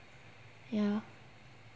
ya